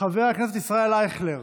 חבר הכנסת יוסי טייב,